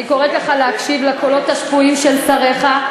אני קוראת לך להקשיב לקולות השפויים של שריך,